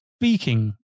speaking